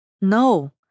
No